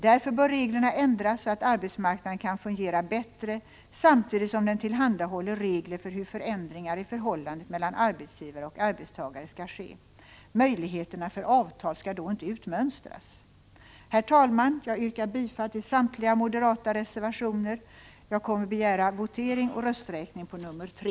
Därför bör reglerna ändras så att arbetsmarknaden kan fungera bättre samtidigt som den tillhandahåller regler för hur förändringar i förhållandet mellan arbetsgivare och arbetstagare skall ske. Möjligheterna för avtal skall då inte utmönstras. Herr talman! Jag yrkar bifall till samtliga moderata reservationer. Jag kommer att begära votering och rösträkning på nr 3.